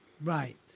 right